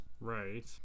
Right